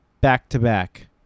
back-to-back